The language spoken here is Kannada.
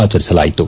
ಆಚರಿಸಲಾಯಿತು